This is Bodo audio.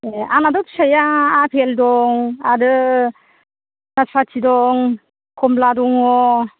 ए आंनाबो फिथाइया आफेल दं आरो नासफाथि दं खमला दङ